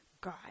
God